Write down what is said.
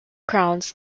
crowns